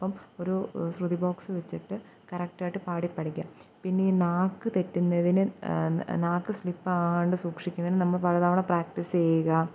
അപ്പോള് ഒരു ശ്രുതി ബോക്സ് വെച്ചിട്ട് കറക്റ്റായിട്ട് പാടിപ്പഠിക്കുക പിന്നെ ഈ നാക്ക് തെറ്റുന്നതിന് നാക്ക് സ്ലിപ്പാവാണ്ട് സൂക്ഷിക്കുന്നതിന് നമ്മള് പലതവണ പ്രാക്റ്റീസ്യ്യുക